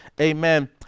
amen